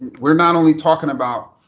we're not only talking about,